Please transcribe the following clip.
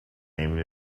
aimed